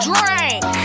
Drink